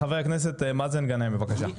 חבר הכנסת מאזן גנאים, בבקשה.